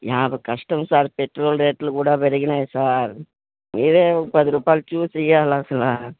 యాభై కష్టం sir petrol రేట్లు కూడా పెరిగాయి సార్ మీరే పది రూపాయలు చూసి ఇవ్వాలి అసలు